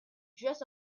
dress